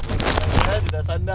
ah leave sia